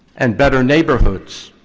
and better neighborhoods.